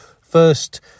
first